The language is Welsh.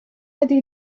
ydy